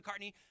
McCartney